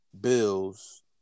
Bills